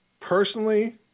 Personally